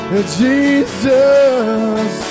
Jesus